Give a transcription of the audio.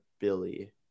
Billy